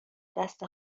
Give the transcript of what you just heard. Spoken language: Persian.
دست